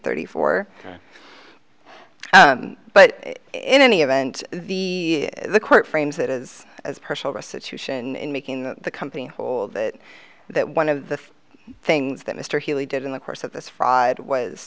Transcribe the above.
thirty four but in any event the the court frames that is as personal restitution in making the company whole that that one of the things that mr healey did in the course of this fried was